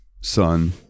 son